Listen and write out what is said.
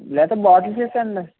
లేతే బాటిల్స్ వేసెయ్యండి